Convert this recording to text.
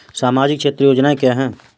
सामाजिक क्षेत्र की योजनाएँ क्या हैं?